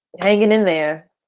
hanging in there.